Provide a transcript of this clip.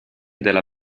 della